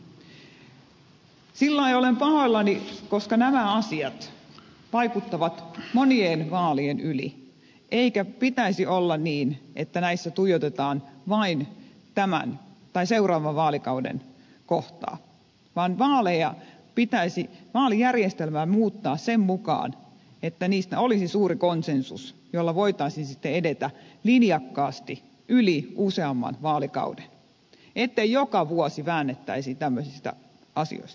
sillä lailla olen pahoillani kun nämä asiat vaikuttavat monien vaalien yli eikä pitäisi olla niin että näissä tuijotetaan vain tämän tai seuraavan vaalikauden kohtaa vaan vaalijärjestelmää pitäisi muuttaa sen mukaan että olisi suuri konsensus jolla voitaisiin sitten edetä linjakkaasti yli useamman vaalikauden ettei joka vuosi väännettäisi tämmöisistä asioista